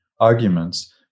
arguments